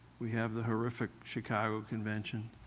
we have the horrific chicago convention,